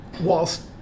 whilst